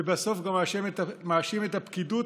ובסוף גם מאשים את הפקידות